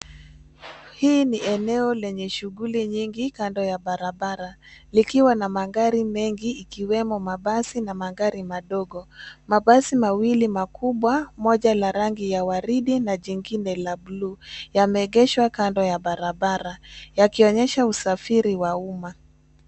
Hii ni eneo lenye shughuli nyingi kando ya Barabara likiwa na magari mengi ikiwemo mabasi na magari madogo. Mabasi mawili makubwa moja la rangi ya waridi na jingine la bluu yameegeshwa kando ya barabara yakionyesha usafiri wa umma.